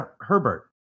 Herbert